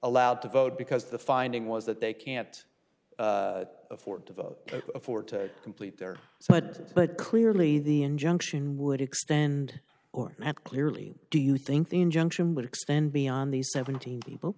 allowed to vote because the finding was that they can't afford to vote for to complete their so what but clearly the injunction would extend or that clearly do you think the injunction would extend beyond these seventeen people